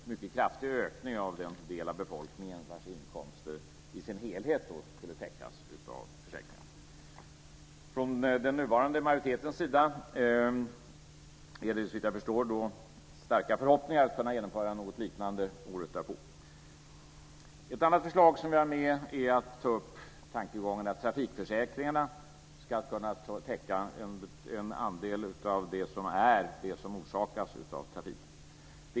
Ett annat förslag som vi har med är att ta upp tankegången om att trafikförsäkringarna ska kunna täcka en andel av det som orsakas av trafiken.